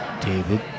David